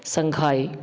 Shanghai